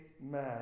man